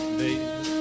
baby